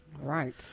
Right